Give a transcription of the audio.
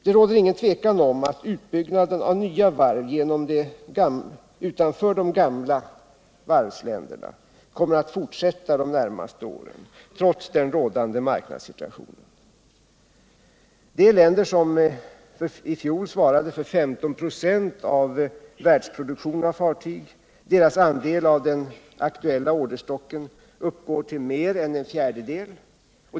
Det råder ingen tvekan om att utbyggnaden av nya varv utanför ”de gamla varvsländerna” kommer att fortsätta de närmaste åren, trots den rådande marknadssituationen. Dessa länder svarade 1977 för 15 ?4 av världsproduktionen av fartyg; deras andel av den aktuella orderstocken uppgår till mer än en fjärdedel.